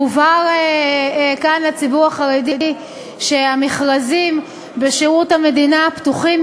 הובהר כאן לציבור החרדי שהמכרזים בשירות המדינה פתוחים